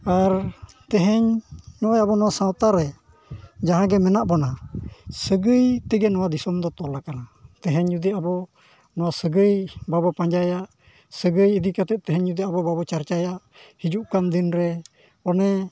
ᱟᱨ ᱛᱮᱦᱮᱧ ᱱᱚᱜᱼᱚᱭ ᱟᱵᱚ ᱱᱚᱣᱟ ᱥᱟᱶᱛᱟᱨᱮ ᱡᱟᱦᱟᱸᱜᱮ ᱢᱮᱱᱟᱜ ᱵᱚᱱᱟ ᱥᱟᱹᱜᱟᱹᱭ ᱛᱮᱜᱮ ᱱᱚᱣᱟ ᱫᱤᱥᱚᱢ ᱫᱚ ᱛᱚᱞ ᱟᱠᱟᱱᱟ ᱛᱮᱦᱮᱧ ᱡᱩᱫᱤ ᱟᱵᱚ ᱱᱚᱣᱟ ᱥᱟᱹᱜᱟᱹᱭ ᱵᱟᱵᱚ ᱯᱟᱸᱡᱟᱭᱟ ᱥᱟᱹᱜᱟᱹᱭ ᱤᱫᱤ ᱠᱟᱛᱮᱫ ᱛᱮᱦᱮᱧ ᱡᱩᱫᱤ ᱟᱵᱚ ᱵᱟᱵᱚ ᱪᱚᱨᱪᱟᱭᱟ ᱦᱤᱡᱩᱜ ᱠᱟᱱ ᱫᱤᱱ ᱨᱮ ᱚᱱᱮ